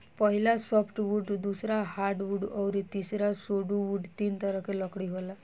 पहिला सॉफ्टवुड दूसरा हार्डवुड अउरी तीसरा सुडोवूड तीन तरह के लकड़ी होला